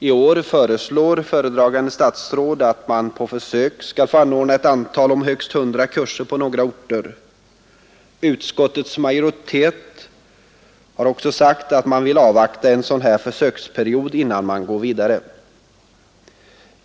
I år föreslår sålunda föredragande statsrådet att det på försök skall få anordnas ett antal om högst 100 kurser på några orter. Utskottets majoritet har också sagt att man vill avvakta en sådan försöksperiod innan man går vidare.